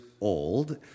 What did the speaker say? old